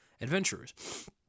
adventurers